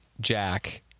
Jack